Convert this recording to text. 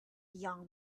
young